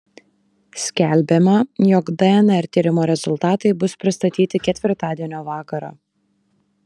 skelbiama jog dnr tyrimo rezultatai bus pristatyti ketvirtadienio vakarą